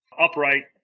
upright